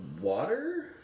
water